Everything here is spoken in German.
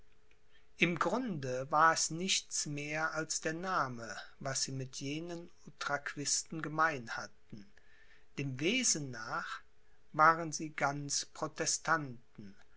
im grunde war es nichts mehr als der name was sie mit jenen utraquisten gemein hatten dem wesen nach waren sie ganz protestanten